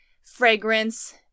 fragrance